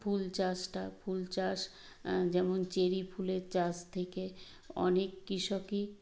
ফুল চাষটা ফুল চাষ যেমন চেরি ফুলের চাষ থেকে অনেক কৃষকই